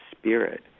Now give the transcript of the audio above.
spirit